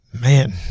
Man